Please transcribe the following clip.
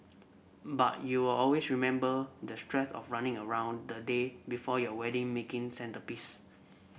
but you'll always remember the stress of running around the day before your wedding making centrepiece